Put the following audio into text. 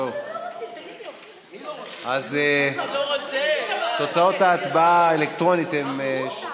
תוצאת ההצבעה האלקטרונית: בעד,